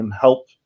Help